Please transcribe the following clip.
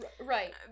Right